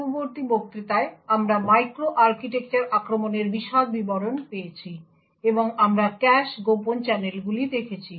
পূর্ববর্তী বক্তৃতায় আমরা মাইক্রো আর্কিটেকচার আক্রমণের বিশদ বিবরণ পেয়েছি এবং আমরা ক্যাশ গোপন চ্যানেলগুলি দেখেছি